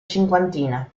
cinquantina